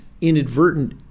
inadvertent